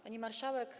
Pani Marszałek!